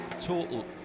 total